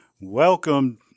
Welcome